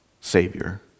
Savior